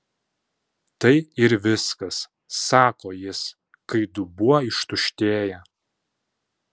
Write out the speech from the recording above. tai ir viskas sako jis kai dubuo ištuštėja